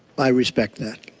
i respect that.